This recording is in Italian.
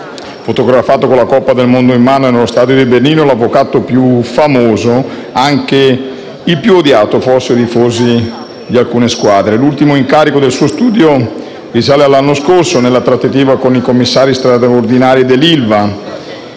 fotografato con la Coppa del mondo in mano nello stadio di Berlino, l'avvocato più famoso, ma - forse - anche il più odiato dai tifosi di alcune squadre. L'ultimo incarico del suo studio risale all'anno scorso, nella trattativa con i commissari straordinari dell'ILVA,